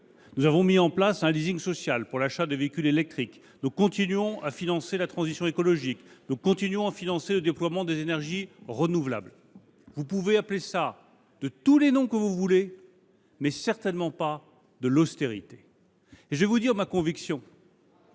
Nous avons mis en place un social pour l’achat des véhicules électriques. Nous continuons à financer la transition écologique. Nous continuons à financer le déploiement des énergies renouvelables. Vous pouvez appeler cela par tous les noms que vous voulez, ce n’est certainement pas de l’austérité. Ma conviction